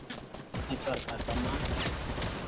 furniture का सामान